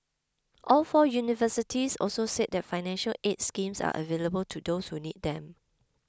all four universities also said that financial aid schemes are available to those who need them